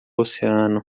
oceano